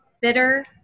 bitter